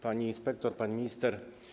Pani Inspektor! Pani Minister!